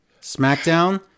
SmackDown